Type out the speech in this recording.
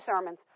sermons